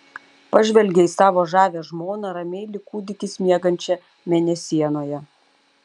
pažvelgė į savo žavią žmoną ramiai lyg kūdikis miegančią mėnesienoje